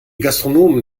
gastronomen